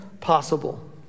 possible